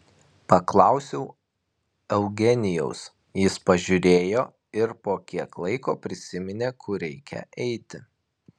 paklausiau eugenijaus jis pažiūrėjo ir po kiek laiko prisiminė kur reikia eiti